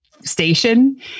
station